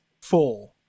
Four